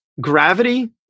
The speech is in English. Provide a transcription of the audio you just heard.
gravity